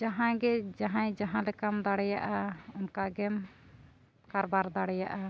ᱡᱟᱦᱟᱸ ᱜᱮ ᱡᱟᱦᱟᱸᱭ ᱡᱟᱦᱟᱸ ᱞᱮᱠᱟᱢ ᱫᱟᱲᱮᱭᱟᱜᱼᱟ ᱚᱱᱠᱟ ᱜᱮᱢ ᱚᱱᱠᱟ ᱜᱮᱢ ᱠᱟᱨᱵᱟᱨ ᱫᱟᱲᱮᱭᱟᱜᱼᱟ